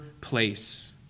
place